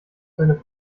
seine